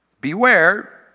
beware